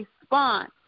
response